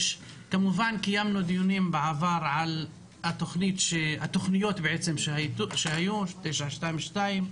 קיימנו דיונים בעבר על התוכניות של הנגב ושל הצפון שהיו 922,